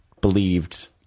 believed